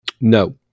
No